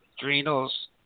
adrenals